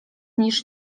niż